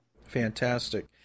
Fantastic